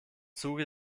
zuge